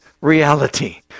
reality